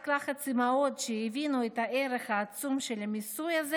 רק לחץ אימהות שהבינו את הערך העצום של המיסוי הזה